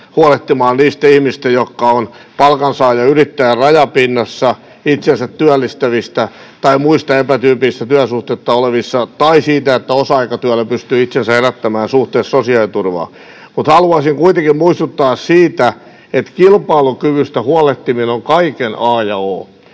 huolehtimaan niistä ihmisistä, jotka ovat palkansaajan ja yrittäjän rajapinnassa, itsensä työllistävistä tai muissa epätyypillisissä työsuhteissa olevista tai siitä, että osa-aikatyöllä pystyy itsensä elättämään, suhteessa sosiaaliturvaan. Haluaisin kuitenkin muistuttaa siitä, että kilpailukyvystä huolehtiminen on kaiken a ja o,